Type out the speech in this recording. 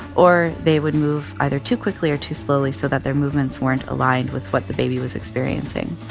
or they would move either too quickly or too slowly so that their movements weren't aligned with what the baby was experiencing